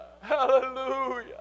Hallelujah